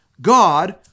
God